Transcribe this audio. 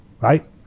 right